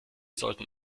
sollten